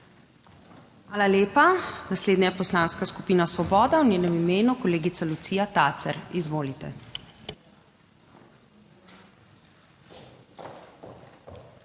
Hvala lepa. N Naslednja Poslanska skupina Svoboda, v njenem imenu kolegica Lucija Tacer. Izvolite. **LUCIJA